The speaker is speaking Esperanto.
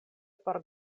por